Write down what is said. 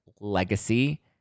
Legacy